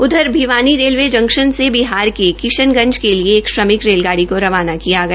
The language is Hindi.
उधर भिवानी रेलवे जंक्श्न से बिहार के किशनगंज के लिए एक श्रमिक रेलगाड़ी को रवाना किया गया